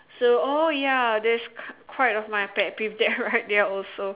so oh ya there's var quite of my pet peeve that I write there also